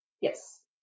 yes